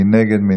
מי נגד?